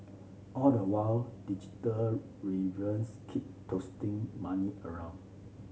all the while digital rivals keep tossing money around